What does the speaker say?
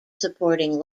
supporting